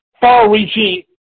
far-reaching